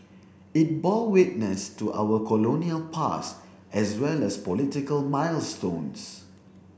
it bore witness to our colonial past as well as political milestones